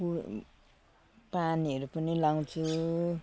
खु पानीहरू पनि लगाउँछु